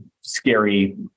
scary